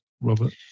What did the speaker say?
Robert